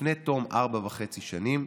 לפני תום ארבע וחצי שנים,